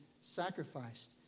sacrificed